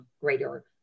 greater